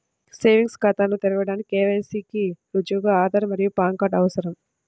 savings ఖాతాను తెరవడానికి KYC కి రుజువుగా ఆధార్ మరియు పాన్ కార్డ్ అవసరం